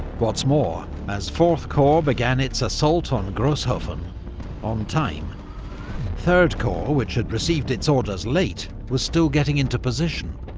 what's more, as fourth korps began its assault on grosshofen on time third korps, which had received its orders late, was still getting into position,